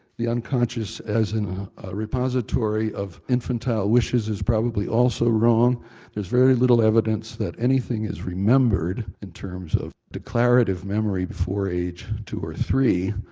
the unconscious as in a repository of infantile wishes is probably also wrong there's very little evidence that anything is remembered in terms of declarative memory before age two or three.